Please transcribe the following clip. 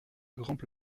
grande